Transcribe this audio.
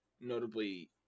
Notably